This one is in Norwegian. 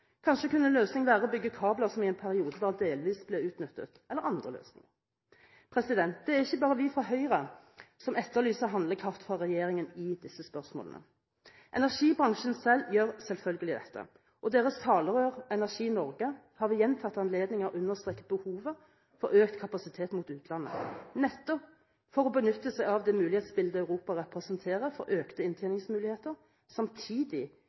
Kanskje kunne en løsning være å bygge kabler som i en periode bare delvis ble utnyttet – eller det kunne være andre løsninger. Det er ikke bare vi fra Høyre som etterlyser handlekraft fra regjeringen i disse spørsmålene. Energibransjen selv gjør selvfølgelig dette, og deres talerør Energi Norge har ved gjentatte anledninger understreket behovet for økt kapasitet mot utlandet, nettopp for å kunne benytte seg av det mulighetsbildet Europa representerer for økte inntjeningsmuligheter, samtidig